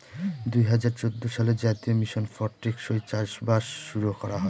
দুই হাজার চৌদ্দ সালে জাতীয় মিশন ফর টেকসই চাষবাস শুরু করা হয়